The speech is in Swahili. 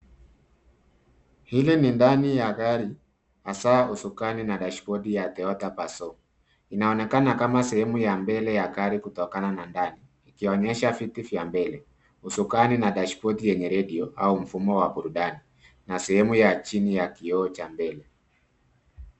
Hili ni ndani ya gari hasa usukani na dashibodi ya Toyota Passo . Inaonekana kama sehemu ya mbele ya gari kutokana na ndani. Ikionyesha viti vya mbele, usukani na dashbodi yenye redio au mfumo wa burudani na sehemu ya chini ya kioo cha mbele.